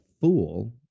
fool